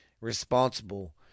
responsible